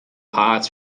pots